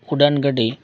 ᱩᱰᱟᱹᱱ ᱜᱟᱹᱰᱤ